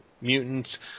Mutants